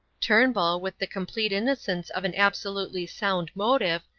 turnbull, with the complete innocence of an absolutely sound motive,